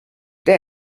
der